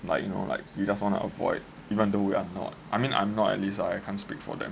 like you know like you just wanna avoid even though we are not I mean I'm not at least I can't speak for them